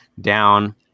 down